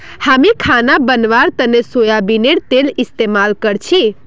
हामी खाना बनव्वार तने सोयाबीनेर तेल इस्तेमाल करछी